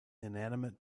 inanimate